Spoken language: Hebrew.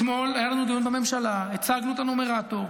אתמול היה לנו דיון בממשלה והצגנו את הנומרטור.